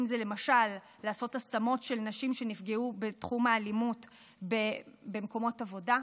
אם זה למשל לעשות השמות של נשים שנפגעו בתחום האלימות במקומות עבודה.